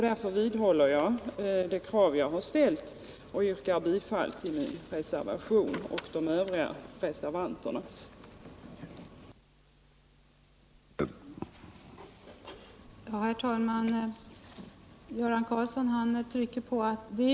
Därför vidhåller jag det krav jag har ställt och yrkar bifall till min och de övriga reservanternas reservation.